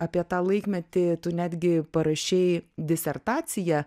apie tą laikmetį tu netgi parašei disertaciją